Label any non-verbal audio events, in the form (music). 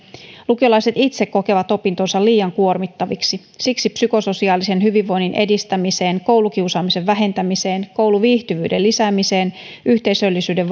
lukiolaiset itse kokevat opintonsa liian kuormittaviksi siksi psykososiaalisen hyvinvoinnin edistämiseen koulukiusaamisen vähentämiseen kouluviihtyvyyden lisäämiseen yhteisöllisyyden (unintelligible)